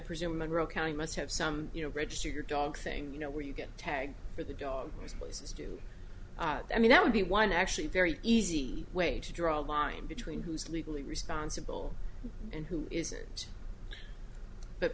presume monroe county must have some you know register your dog thing you know where you get a tag for the dog places do i mean that would be one actually very easy way to draw a line between who is legally responsible and who isn't